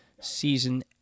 season